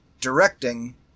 Directing